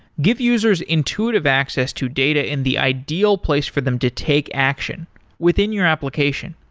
give users intuitive access to data in the ideal place for them to take action within your application.